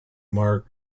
marc